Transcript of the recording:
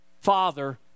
father